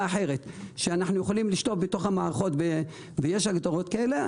אחרת שאנו יכולים לשתול במערכות ויש הגדרות כאלה,